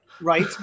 right